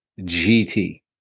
GT